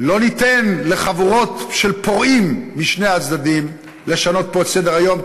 לא ניתן לחבורות של פורעים משני הצדדים לשנות פה את סדר-היום,